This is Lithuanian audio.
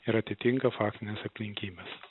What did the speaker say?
ir atitinka faktines aplinkybes